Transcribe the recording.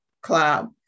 cloud